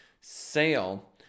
sale